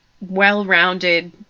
well-rounded